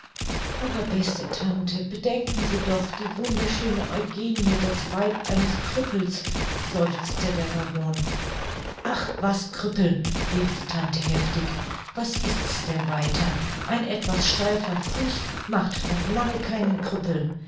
aber beste tante bedenken sie doch die wunderschöne eugenie das weib eines krüppels seufzte der baron ach was krüppel rief die tante heftig was ist's denn weiter ein etwas steifer fuß macht noch lange keinen krüppel